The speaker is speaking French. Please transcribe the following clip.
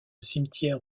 cimetière